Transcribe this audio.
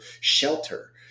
shelter